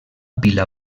pila